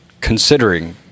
considering